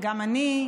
גם אני,